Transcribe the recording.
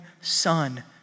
son